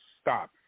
Stop